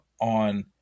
on